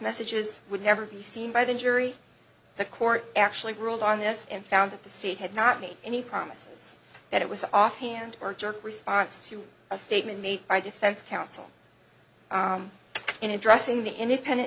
messages would never be seen by the jury the court actually ruled on this and found that the state had not made any promises that it was offhand or jerk response to a statement made by defense counsel in addressing the independent